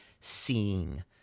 seeing